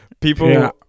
People